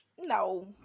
No